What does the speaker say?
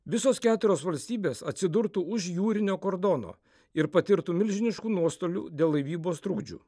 visos keturios valstybės atsidurtų už jūrinio kordono ir patirtų milžiniškų nuostolių dėl laivybos trukdžių